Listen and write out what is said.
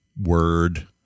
Word